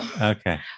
okay